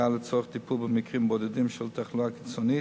לצורך טיפול במקרים בודדים של תחלואה קיצונית,